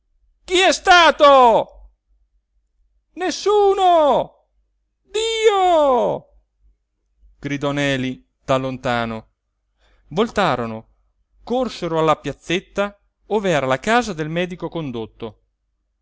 chi è stato nessuno dio gridò neli da lontano voltarono corsero alla piazzetta ov'era la casa del medico condotto